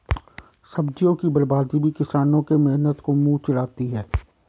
सब्जियों की बर्बादी भी किसानों के मेहनत को मुँह चिढ़ाती है